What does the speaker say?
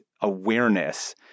awareness